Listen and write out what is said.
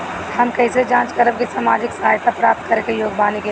हम कइसे जांच करब कि सामाजिक सहायता प्राप्त करे के योग्य बानी की नाहीं?